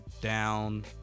down